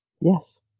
Yes